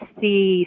see